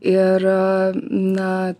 ir na